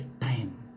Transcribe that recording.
time